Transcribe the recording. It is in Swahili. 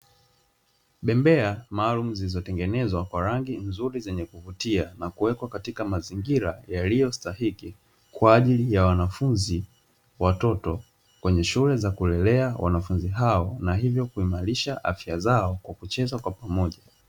Bembea maalumu zilizotengenezwa kwa rangi nzuri zenye kuvutia, zilizowekwa kwenye mazingira yaliyostahiki, kwajili ya wanafunzi, watoto kwenye shule za kulelea wanafunzi hao na hivyo hurekebisha afya zao kucheza kwa pamoja.